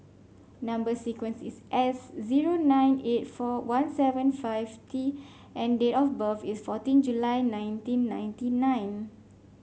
number sequence is S zero nine eight four one seven five T and date of birth is fourteen July nineteen ninety nine